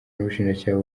n’ubushinjacyaha